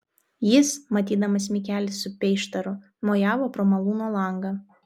jis matydamas mikelį su peištaru mojavo pro malūno langą